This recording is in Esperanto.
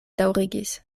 daŭrigis